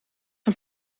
een